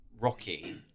Rocky